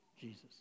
Jesus